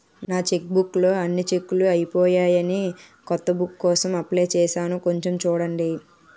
నా చెక్బుక్ లో అన్ని చెక్కులూ అయిపోయాయని కొత్త బుక్ కోసం అప్లై చేసాను కొంచెం చూడండి